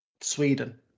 Sweden